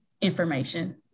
information